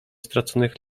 straconych